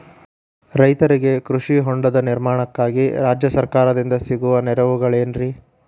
ರೈತರಿಗೆ ಕೃಷಿ ಹೊಂಡದ ನಿರ್ಮಾಣಕ್ಕಾಗಿ ರಾಜ್ಯ ಸರ್ಕಾರದಿಂದ ಸಿಗುವ ನೆರವುಗಳೇನ್ರಿ?